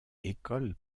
école